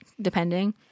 depending